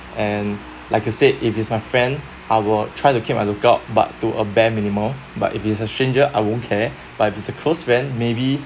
and like you said if it's my friend I will try to keep a lookout but to a bare minimum but if it's a stranger I won't care but if it's a close friend maybe